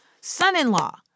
son-in-law